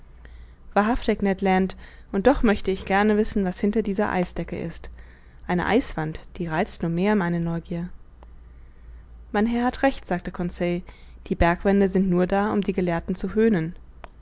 wahrhaftig ned land und doch möchte ich gerne wissen was hinter dieser eisdecke ist eine eiswand die reizt nur mehr meine neugier mein herr hat recht sagte conseil die bergwände sind nur da um die gelehrten zu höhnen